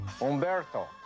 Umberto